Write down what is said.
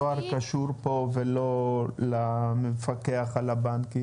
למה בנק הדואר קשור פה ולא למפקח על הבנקים?